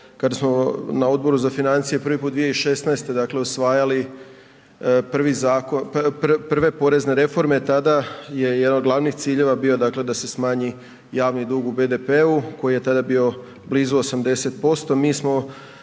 kada smo na Odboru za financije prvi puta 2016. usvajali prve porezne reforme tada je jedan od glavnih ciljeva bio da se smanji javni dug u BDP-u koji je tada bio blizu 80%.